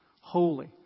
holy